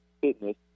fitness